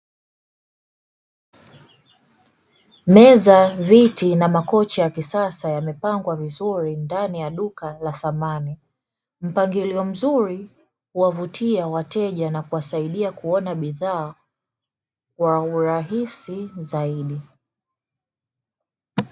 Meza, viti na makochi ya kisasa yamepangwa vizuri ndani ya duka la samani, mpangilio mzuri huwavutia wateja na kuwasaidia kuona bidhaa kwa urahisi zaidi.